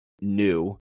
new